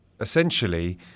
essentially